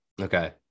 Okay